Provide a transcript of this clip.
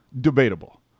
Debatable